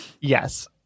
Yes